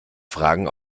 fragen